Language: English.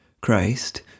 Christ